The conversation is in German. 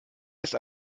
ist